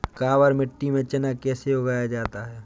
काबर मिट्टी में चना कैसे उगाया जाता है?